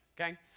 okay